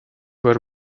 were